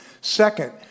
Second